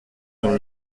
dans